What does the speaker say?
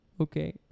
okay